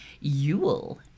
Yule